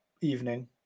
evening